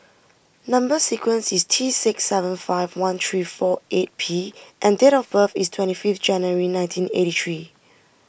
Number Sequence is T six seven five one three four eight P and date of birth is twenty fifth January nineteen eighty three